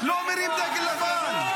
לא מרים דגל לבן.